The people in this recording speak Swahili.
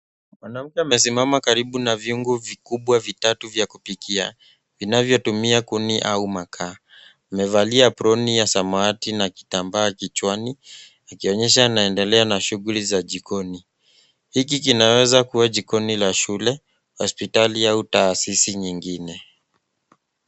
Mwanamke amesimama karibu na vyungu vitatu vikubwa vya kupikia, vinavyotumia kuni au makaa. Amevalia apuroni ya samawati na kitambaa kichwani, ikionyesha anaendelea na shughuli za jikoni. Hiki kinaweza kuwa jikoni la shule, hospitali au taasisi nyingine.